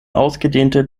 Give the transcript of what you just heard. ausgedehnte